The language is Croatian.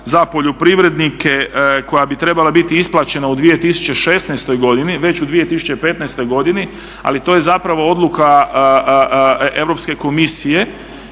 za poljoprivrednike koja bi trebala isplaćena u 2016. godini već u 2015. godini, ali to je zapravo odluka Europska komisije